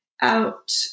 out